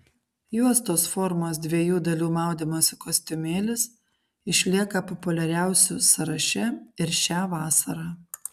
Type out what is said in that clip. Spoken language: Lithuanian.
juostos formos dviejų dalių maudymosi kostiumėlis išlieka populiariausių sąraše ir šią vasarą